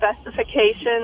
specifications